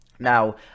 Now